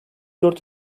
dört